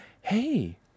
hey